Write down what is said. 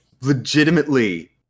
Legitimately